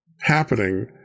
happening